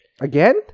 Again